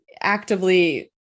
actively